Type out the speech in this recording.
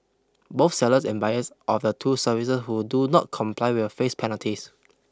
both sellers and buyers of the two services who do not comply will face penalties